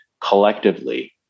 collectively